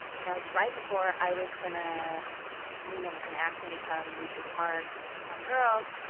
and that was right before i was going to lena was going to ask me to come read this part on girls.